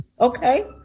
Okay